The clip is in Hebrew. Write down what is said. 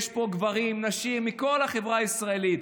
יש פה גברים ונשים מכל החברה הישראלית.